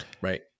Right